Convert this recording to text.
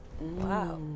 Wow